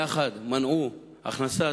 יחד הם מנעו הכנסת